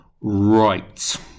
Right